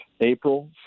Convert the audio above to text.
April